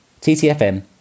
TTFN